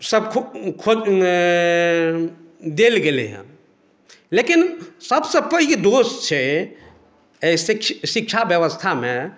सब खूब देल गेलैया लेकिन सबसे पैघ दोष छै एहि शिक्षा शिक्षा व्यवस्थामे